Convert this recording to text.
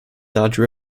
large